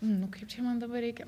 nu kaip čia man dabar reikia